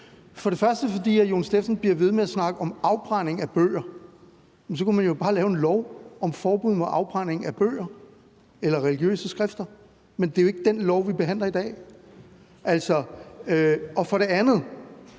For det første bliver hr. Jon Stephensen ved med at snakke om afbrænding af bøger. Så kunne man jo bare lave en lov om forbud mod afbrænding af bøger eller religiøse skrifter, men det er ikke det lovforslag, vi behandler i dag. For det andet